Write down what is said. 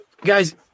guys